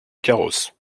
carrosse